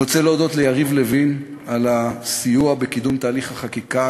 אני רוצה להודות ליריב לוין על הסיוע בקידום תהליך החקיקה.